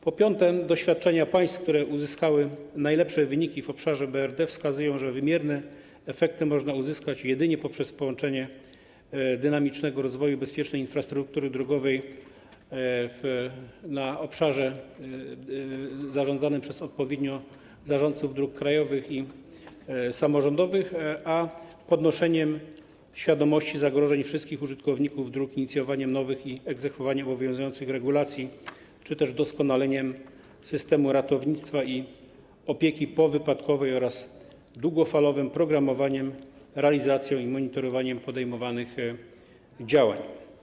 Po piąte, doświadczenia państw, które uzyskały najlepsze wyniki w obszarze BRD, wskazują, że wymierne efekty można uzyskać jedynie poprzez połączenie dynamicznego rozwoju bezpiecznej infrastruktury drogowej na obszarze zarządzanym przez odpowiednio zarządców dróg krajowych i samorządowych z podnoszeniem świadomości zagrożeń dotyczących wszystkich użytkowników dróg oraz inicjowaniem nowych i egzekwowaniem obowiązujących regulacji czy też doskonaleniem systemu ratownictwa i opieki powypadkowej, a także długofalowym programowaniem, realizacją i monitorowaniem podejmowanych działań.